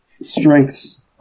strengths